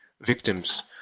victims